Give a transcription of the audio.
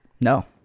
No